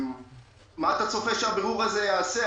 מה אתה צופה שהבירור הזה יעשה?